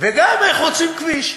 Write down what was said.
וגם איך חוצים כביש,